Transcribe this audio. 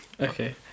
Okay